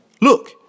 look